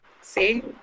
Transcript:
See